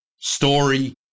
Story